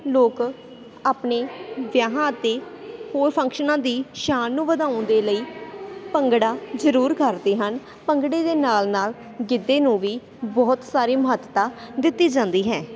ਲੋਕ ਆਪਣੇ ਵਿਆਹਾਂ ਅਤੇ ਹੋਰ ਫੰਕਸ਼ਨਾਂ ਦੀ ਸ਼ਾਨ ਨੂੰ ਵਧਾਉਣ ਦੇ ਲਈ ਭੰਗੜਾ ਜ਼ਰੂਰ ਕਰਦੇ ਹਨ ਭੰਗੜੇ ਦੇ ਨਾਲ ਨਾਲ ਗਿੱਧੇ ਨੂੰ ਵੀ ਬਹੁਤ ਸਾਰੀ ਮਹੱਤਤਾ ਦਿੱਤੀ ਜਾਂਦੀ ਹੈ